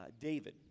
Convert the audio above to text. David